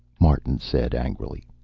martin said, angrily.